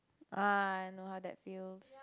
ah I know how that feels